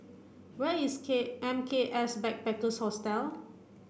where is K M K S Backpackers Hostel